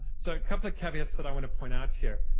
so a couple of caveats that i want to point out here.